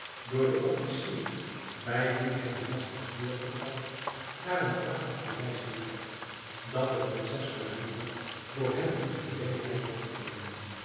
door den officier bij wien hij den nacht had doorgebragt naar een prachtig paleis geleid dat de prinses badoura voor hem in gereedheid had doen brengen